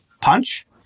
punch